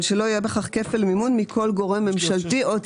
אבל שלא יהיה בכך כפל מימון מכל גורם ממשלתי או ציבורי,